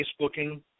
Facebooking